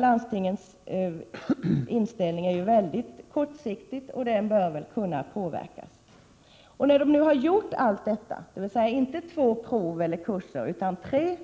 Landstingens inställning är mycket kortsiktig och bör kunna påverkas. När allt detta — inte två prov eller kurser utan tre